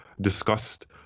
discussed